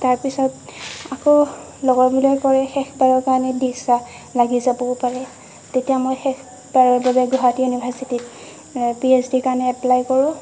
তাৰ পিছত আকৌ লগৰবোৰে ক'লে শেষ বাৰৰ কাৰণে দি চা লাগি যাবওঁ পাৰে তেতিয়া মই শেষ বাৰৰ বাবে গুৱাহাটী ইউনিভাৰ্চিটিত পি এইচ ডিৰ কাৰণে এপলাই কৰোঁ